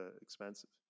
expensive